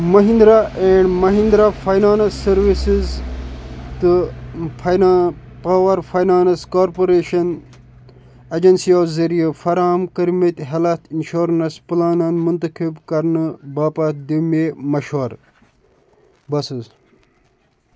Mahindra and Mahindra finance services تہٕ فاینا power finance corporation اَجَنسِیو ذٔریعہِ فرام کٔرۍمٕتۍ ہٮ۪لَتھ اِنشورنٕس پلانَن مُنتخِب کَرنہٕ باپتھ دِ مےٚ مشوَر بَس حظ